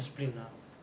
discipline ah